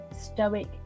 stoic